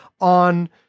on –